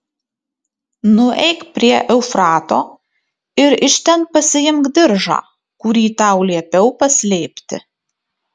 nueik prie eufrato ir iš ten pasiimk diržą kurį tau liepiau paslėpti